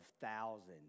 thousands